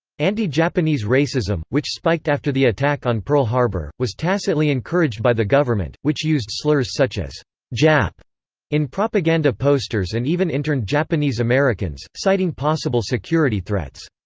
anti-japanese racism, which spiked after the attack on pearl harbor, was tacitly encouraged by the government, which used slurs such as jap in propaganda posters and even interned japanese americans, citing possible security threats.